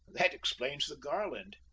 that explains the garland.